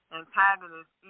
antagonist